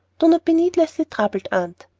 do not be needlessly troubled, aunt.